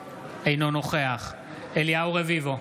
אינו נוכח אליהו רביבו,